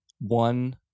one